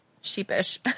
sheepish